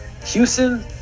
Houston